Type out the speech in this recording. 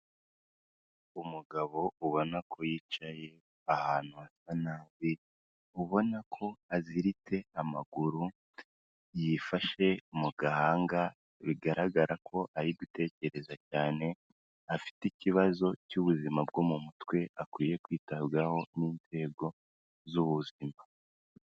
Umugabo ubona ko yicaye ahantu hasa nabi, ubona ko aziritse amaguru, yifashe mu gahanga, bigaragara ko ari gutekereza cyane, afite ikibazo cy'ubuzima bwo mu mutwe akwiye kwitabwaho n'inzego z'ubuzima.